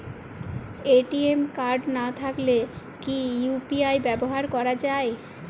ATM card না থাকলে কি ইউ.পি.আই ব্যবহার করা য়ায়?